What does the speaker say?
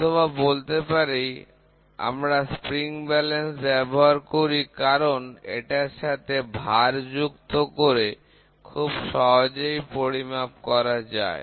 অথবা বলতে পারি আমরা স্প্রিং ব্যালেন্স ব্যবহার করি কারণ এটার সাথে ভারযুক্ত করে খুব সহজেই পরিমাপ করা যায়